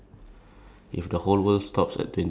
cause you will never grow old